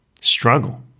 struggle